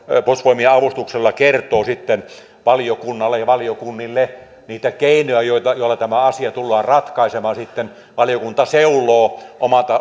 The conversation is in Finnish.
puolustusvoimien avustuksella kertoo sitten valiokunnille niitä keinoja joilla tämä asia tullaan ratkaisemaan sitten valiokunta seuloo